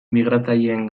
migratzaileen